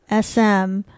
SM